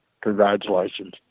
Congratulations